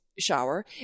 shower